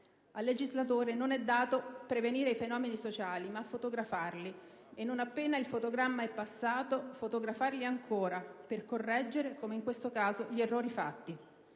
Al legislatore non è dato prevenire i fenomeni sociali ma fotografarli e, non appena il fotogramma è passato, fotografarli ancora per correggere, come in questo caso, gli errori fatti.